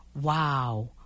wow